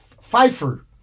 Pfeiffer